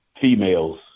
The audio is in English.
females